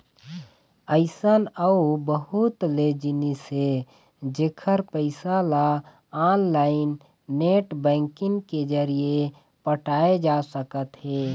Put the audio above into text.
अइसन अउ बहुत ले जिनिस हे जेखर पइसा ल ऑनलाईन नेट बैंकिंग के जरिए पटाए जा सकत हे